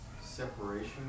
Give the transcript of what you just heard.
separation